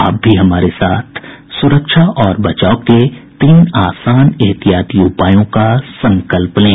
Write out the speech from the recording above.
आप भी हमारे साथ सुरक्षा और बचाव के तीन आसान एहतियाती उपायों का संकल्प लें